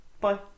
Bye